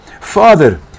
Father